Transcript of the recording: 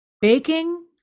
baking